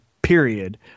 Period